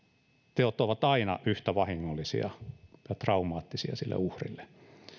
teot ovat aina yhtä vahingollisia ja traumaattisia sille uhrille